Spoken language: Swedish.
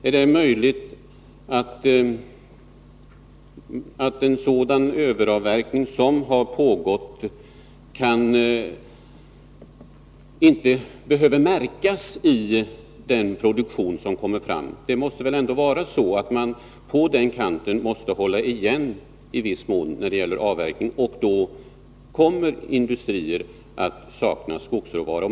Är det möjligt att denna ”överavverkning” inte har märkts i den produktion som kommer fram? Man måste väl på den kanten hålla igen avverkningen i viss mån, och då kommer industrin att sakna skogsråvara.